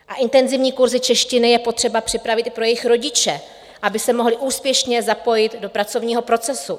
A intenzivní kurzy češtiny je potřeba připravit i pro jejich rodiče, aby se mohli úspěšně zapojit do pracovního procesu.